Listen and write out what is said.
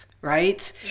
right